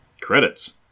Credits